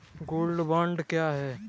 Gold bond क्या है?